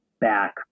back